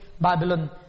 Babylon